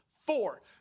Four